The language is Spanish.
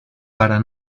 para